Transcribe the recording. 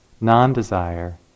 Non-desire